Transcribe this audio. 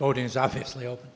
voting is obviously open